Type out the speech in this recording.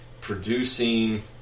producing